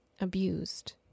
abused